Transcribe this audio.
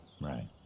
Right